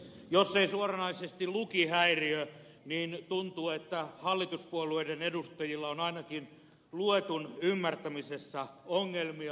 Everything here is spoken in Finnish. jos ei suoranaisesti lukihäiriö niin tuntuu että hallituspuolueiden edustajilla on ainakin luetun ymmärtämisessä ongelmia